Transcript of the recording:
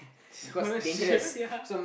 scholarship yeah